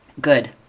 good